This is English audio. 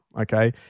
okay